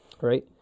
Right